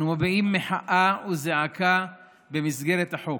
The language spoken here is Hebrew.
אנו מביעים מחאה וזעקה במסגרת החוק.